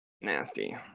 Nasty